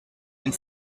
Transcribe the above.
and